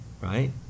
right